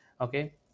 okay